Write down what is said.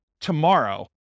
tomorrow